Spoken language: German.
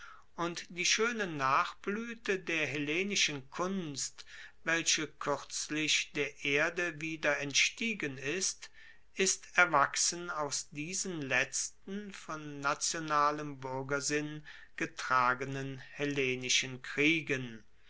und die schoene nachbluete der hellenischen kunst welche kuerzlich der erde wieder entstiegen ist ist erwachsen aus diesen letzten von nationalem buergersinn getragenen hellenischen kriegen